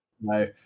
no